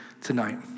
tonight